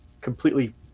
completely